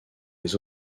les